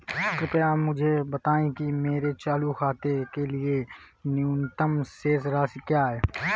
कृपया मुझे बताएं कि मेरे चालू खाते के लिए न्यूनतम शेष राशि क्या है?